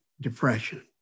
depression